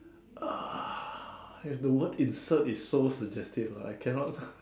uh is the word insert is so suggestive lah I cannot